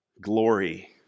glory